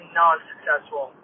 non-successful